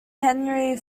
henry